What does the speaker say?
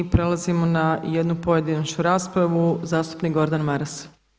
I prelazimo na jednu pojedinačnu raspravu, zastupnik Gordan Maras.